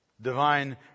Divine